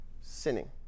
sinning